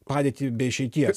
padėtį be išeities